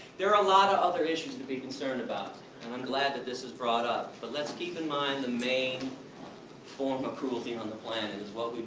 there are a lot of other issues to be concerned about, and i'm glad that this is brought up. but let's keep in mind the main form of cruelty on the planet, is what